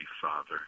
Father